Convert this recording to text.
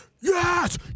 yes